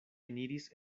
eniris